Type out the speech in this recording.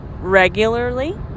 regularly